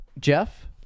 Jeff